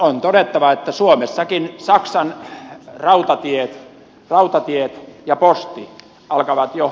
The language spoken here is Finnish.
on todettava että suomessakin saksan rautatiet ja posti alkavat jo hallita